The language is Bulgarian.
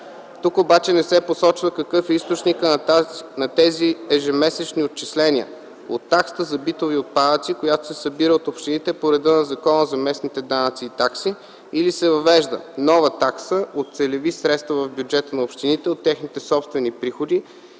Тук обаче не се посочва какъв е източника на тези ежемесечни отчисления - от таксата за битови отпадъци, която се събира от общините по реда на Закона за местните данъци и такси или се въвежда: нова такса; от целеви средства в бюджета на общината от техните собствени приходи,